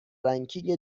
رنکینگ